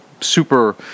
super